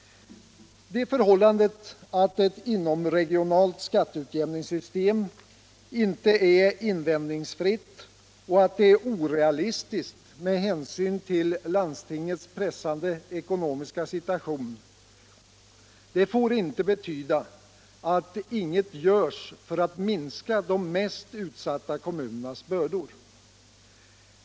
Det förhållandet att ett inomregionalt skatteutjämningssystem icke är invändningsfritt och att det är orealistiskt med hänsyn till landstingets pressade ekonomiska situation får inte betyda att inget görs för att minska de mest utsatta kommunernas bördor.